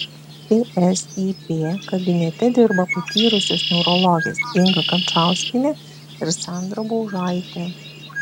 psip kabinete dirba patyrusios neurologės inga kančauskienė ir sandra baužaitė